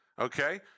Okay